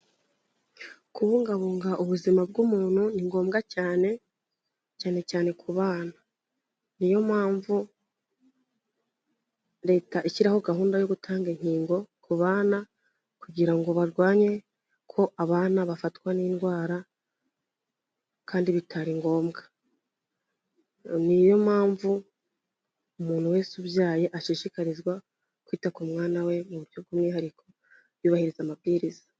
Kubungabunga ubuzima bw'umuntu, ni ngombwa cyane, cyane cyane ku bana. Niyo mpamvu leta ishyiraho gahunda yo gutanga inkingo ku bana kugira ngo barwanye ko abana bafatwa n'indwara bitari ngombwa. Niyo mpamvu, umuntu wese ubyaye ashishikarizwa kwita mwana we mu buryo bw'umwihariko, yubahiriza amabwiriza.